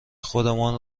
خودمان